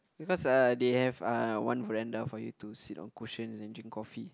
because uh they have uh one veranda for you to sit on cushions and drink coffee